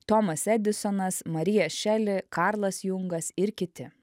tomas edisonas marija šeli karlas jungas ir kiti